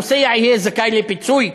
הנוסע יהיה זכאי לפיצוי,